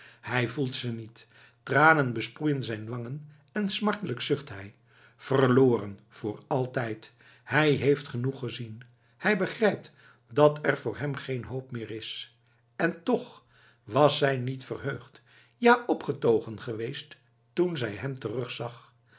hij voelt ze niet tranen besproeien zijn wangen en smartelijk zucht hij verloren voor altijd hij heeft genoeg gezien hij begrijpt dat er voor hem geen hoop meer is en toch was zij niet verheugd ja opgetogen geweest toen zij hem terugzag